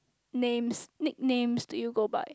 names nicknames do you go by